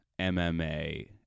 MMA